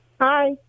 Hi